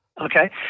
Okay